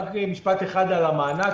רק משפט אחד על המענק.